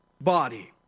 body